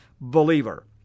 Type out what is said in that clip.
believer